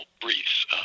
briefs